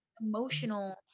emotional